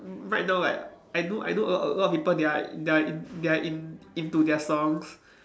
right now like I know I know a lot a lot of people they are they are in they are in into their songs